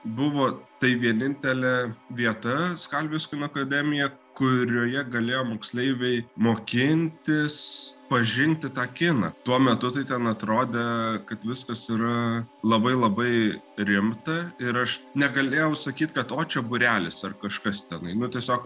buvo tai vienintelė vieta skalvijos kino akademija kurioje galėjo moksleiviai mokintis pažinti tą kiną tuo metu tai ten atrodė kad viskas yra labai labai rimta ir aš negalėjau sakyt kad o čia būrelis ar kažkas tenai nu tiesiog